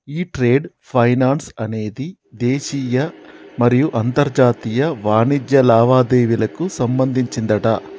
ఈ trade finance అనేది దేశీయ మరియు అంతర్జాతీయ వాణిజ్య లావాదేవీలకు సంబంధించిందట